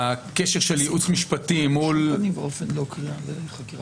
אלה בדיוק הנושאים שדוח צוות